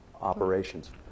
operations